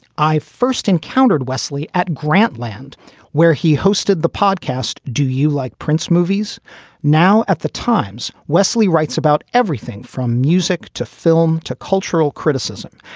i first encountered wesley at grantland where he hosted the podcast. do you like prince movies now at the times? wesley writes about everything from music to film to cultural criticism.